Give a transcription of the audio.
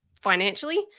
financially